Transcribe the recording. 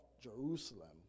Jerusalem